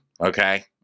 Okay